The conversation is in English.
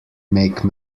make